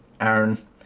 Aaron